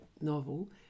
novel